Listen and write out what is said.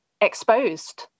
exposed